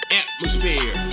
atmosphere